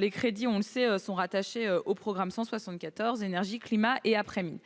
Les crédits, on le sait, sont rattachés au programme 174, « Énergie, climat et après-mines ».